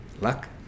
luck